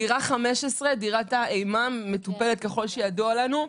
דירה 15, דירת האימה, ככל שידוע לנו מטופלת.